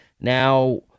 now